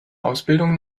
ausbildung